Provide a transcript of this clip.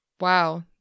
Wow